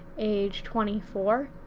age twenty four,